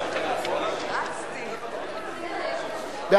גפני לסעיף 1 נתקבלה.